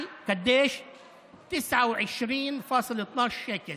על בערך 29 שקלים